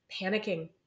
panicking